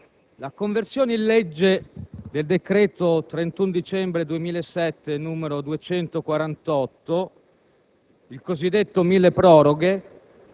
Signor Presidente, la conversione in legge del decreto 31 dicembre 2007, n. 248,